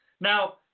Now